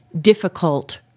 difficult